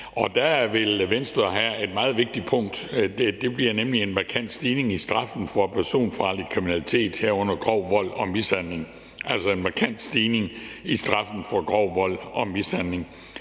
og der vil Venstre have et meget vigtigt punkt. Det bliver nemlig en markant stigning i straffen for personfarlig kriminalitet, herunder grov vold og mishandling, altså en markant stigning i straffen for grov vold og mishandling.